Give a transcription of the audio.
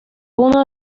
uno